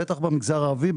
בטח במגזר הערבי,